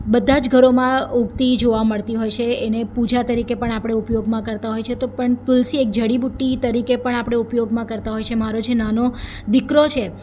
બધા જ ઘરોમાં ઉગતી જોવા મળતી હોય છે એને પૂજા તરીકે પણ આપણે ઉપયોગમાં કરતા હોય છે તો પણ તુલસી એક જડીબુટ્ટી તરીકે પણ આપણે ઉપયોગમાં કરતા હોય છે મારો જે નાનો દીકરો છે